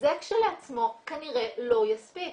זה כשלעצמו כנראה לא יספיק.